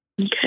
Okay